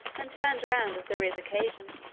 and turned round as there is occasion.